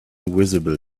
visible